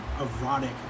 erotic